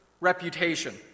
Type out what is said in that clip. reputation